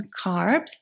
carbs